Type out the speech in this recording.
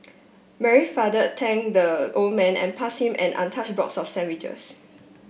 Mary's father thank the old man and pass him an box sandwiches